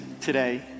today